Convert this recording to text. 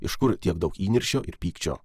iš kur tiek daug įniršio ir pykčio